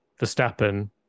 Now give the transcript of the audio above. Verstappen